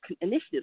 initiatives